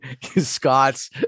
Scott's